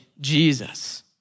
Jesus